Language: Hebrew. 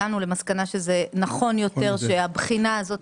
הגענו למסקנה שנכון יותר שהבחינה הזאת